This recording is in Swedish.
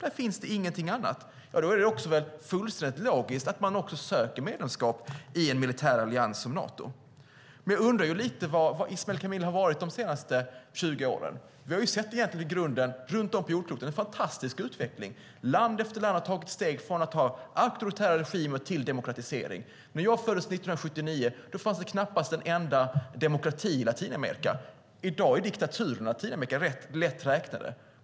Där finns ingenting annat. Då är det fullständigt logiskt att man söker medlemskap i en militärallians som Nato. Jag undrar lite var Ismail Kamil har varit de senaste 20 åren. Vi har runt om på jorden sett en fantastisk utveckling. Land efter land har tagit steg från att ha auktoritära regimer till demokratisering. När jag föddes 1979 fanns det knappast en enda demokrati i Latinamerika. I dag är diktaturerna i Latinamerika lätt räknade.